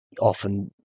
often